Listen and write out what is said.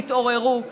תתעוררו,